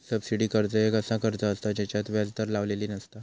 subsidy कर्ज एक असा कर्ज असता जेच्यात व्याज दर लावलेली नसता